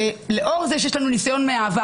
לאור זה שיש לנו ניסיון מהעבר,